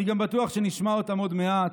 אני גם בטוח שנשמע אותם עוד מעט: